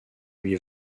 lui